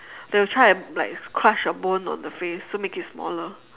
they will try and like crush your bone on the face so make it smaller